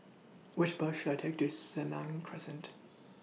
Which Bus should I Take to Senang Crescent